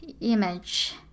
image